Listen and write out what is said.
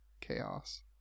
chaos